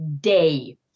day